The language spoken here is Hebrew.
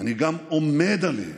אני גם עומד עליהן,